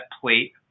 plate